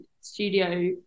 studio